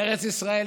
בארץ ישראל,